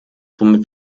womit